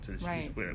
right